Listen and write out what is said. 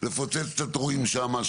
לפוצץ את התורים שם,